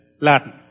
Latin